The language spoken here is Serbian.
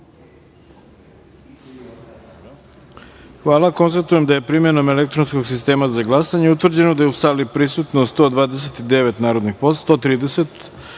jedinice. Hvala. Konstatujem da je, primenom elektronskog sistema za glasanje, utvrđeno da je u sali prisutno 130 narodnih poslanika,